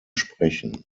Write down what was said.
sprechen